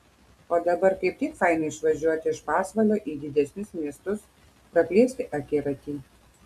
o dabar kaip tik faina išvažiuoti iš pasvalio į didesnius miestus praplėsti akiratį